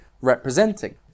representing